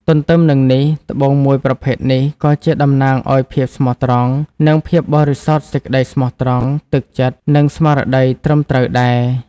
ទន្ទឹមនឹងនេះត្បូងមួយប្រភេទនេះក៏ជាតំណាងឱ្យភាពស្មោះត្រង់ និងភាពបរិសុទ្ធសេចក្ដីស្មោះត្រង់ ទឹកចិត្ត និងស្មារតីត្រឹមត្រូវដែរ។